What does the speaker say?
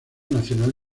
nacional